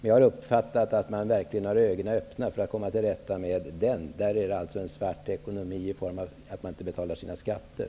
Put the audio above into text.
Men jag har uppfattat att man verkligen med öppna ögon arbetar på att komma till rätta med förhållandena. Det handlar här alltså om en svart ekonomi i form av uteblivna skatteinbetalningar.